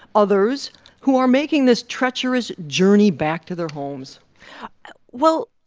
others who are making this treacherous journey back to their homes well,